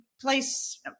place